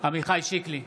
עמיחי שיקלי,